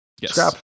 Yes